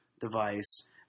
device